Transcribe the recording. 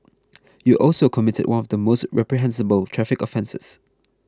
you also committed one of the most reprehensible traffic offences